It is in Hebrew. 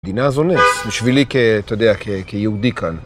המדינה זו נס, בשבילי כ... אתה יודע, כיהודי כאן.